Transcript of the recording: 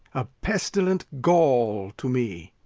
a pestilent gall to me!